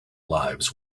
lives